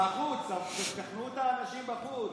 בחוץ, תשכנעו את האנשים בחוץ.